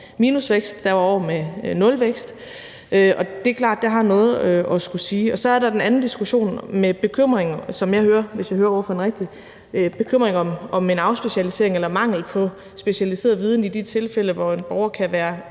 minusvækst, og der var år med nulvækst, og det er klart, at det har noget at sige. Så er der den anden diskussion med bekymringen, hvis jeg hører ordføreren rigtigt, om en afspecialisering eller mangel på specialiseret viden i de tilfælde, hvor en borgers